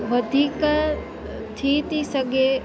वधीक थी थी सघे